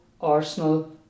Arsenal